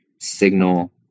signal